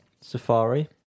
Safari